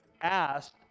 asked